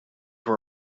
were